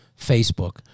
Facebook